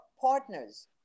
partners